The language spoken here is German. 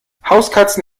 hauskatzen